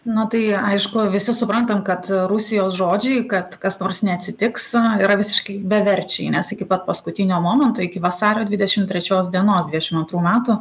na tai aišku visi suprantam kad rusijos žodžiai kad kas nors neatsitiks yra visiškai beverčiai nes iki pat paskutinio momento iki vasario dvidešimt trečios dienos dvidešimt antrų metų